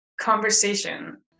conversation